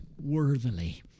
worthily